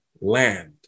land